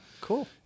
Cool